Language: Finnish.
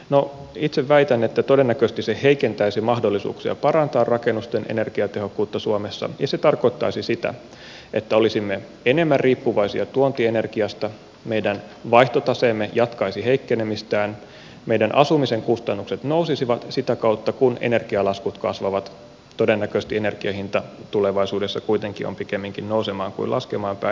no itse väitän että todennäköisesti se heikentäisi mahdollisuuksia parantaa rakennusten energiatehokkuutta suomessa ja se tarkoittaisi sitä että olisimme enemmän riippuvaisia tuontienergiasta meidän vaihtotaseemme jatkaisi heikkenemistään meidän asumisen kustannukset nousisivat sitä kautta kun energialaskut kasvavat todennäköisesti energian hinta tulevaisuudessa kuitenkin on pikemminkin nousemaan kuin laskemaan päin